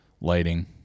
lighting